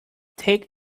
take